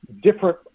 different